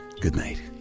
goodnight